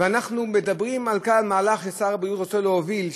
אנחנו מדברים על מהלך ששר הבריאות רוצה להוביל,